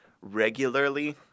regularly